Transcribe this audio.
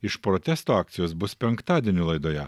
iš protesto akcijos bus penktadienio laidoje